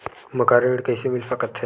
मकान ऋण कइसे मिल सकथे?